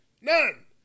None